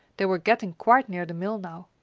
they were getting quite near the mill now.